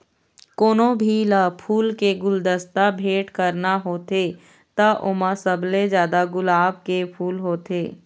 कोनो भी ल फूल के गुलदस्ता भेट करना होथे त ओमा सबले जादा गुलाब के फूल होथे